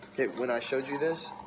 when i showed you this,